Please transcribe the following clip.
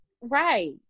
right